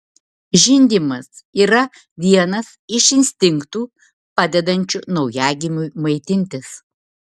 žindymas yra vienas iš instinktų padedančių naujagimiui maitintis